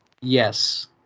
Yes